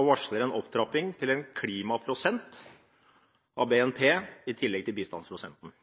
og varsler en opptrapping til en klimaprosent av BNP i tillegg til bistandsprosenten.